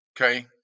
Okay